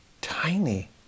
Tiny